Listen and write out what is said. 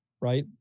right